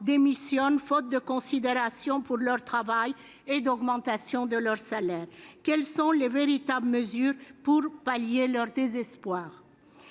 démissionnent faute de considération pour leur travail et d'augmentation de leur salaire. Quelles sont les véritables mesures pour pallier leur désespoir ?